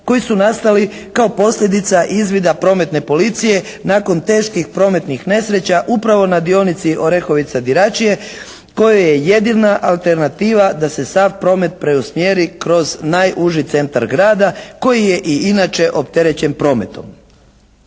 koji su nastali kao posljedica izvida prometne policije nakon teških prometnih nesreća upravo na dionici Orehovica-Diračije koje je jedina alternativa da se sav promet preusmjeri kroz najuži centar grada koji je i inače opterećen prometom.